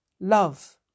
Love